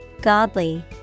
Godly